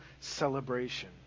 celebration